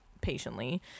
patiently